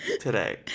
today